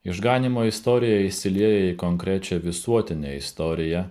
išganymo istorija įsilieja į konkrečią visuotinę istoriją